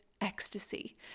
ecstasy